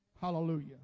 hallelujah